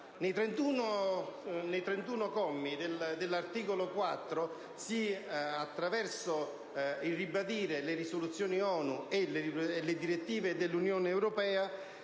Nei 31 commi dell'articolo 4, attraverso il ribadire le risoluzioni ONU e le direttive dell'Unione europea,